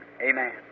Amen